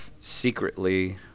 secretly